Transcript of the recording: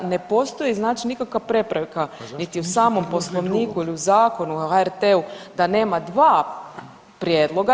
Ne postoji znači nikakva prepreka niti u samom Poslovniku ili u Zakonu o HRT-u da nema dva prijedloga.